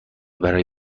برای